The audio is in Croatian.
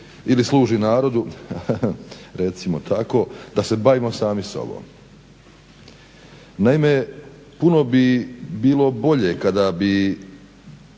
ili služi narodu recimo tako, da se bavimo sami sobom. Naime, puno bi bilo bolje kada bi,